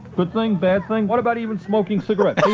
good thing? bad thing? what about even smoking cigarettes?